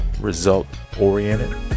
result-oriented